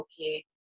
okay